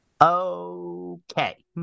Okay